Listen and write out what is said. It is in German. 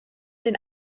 den